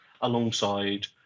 alongside